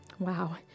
Wow